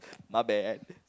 my bad